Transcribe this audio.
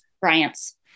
Bryant's